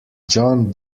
john